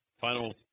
Final